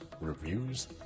reviews